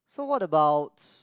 so what about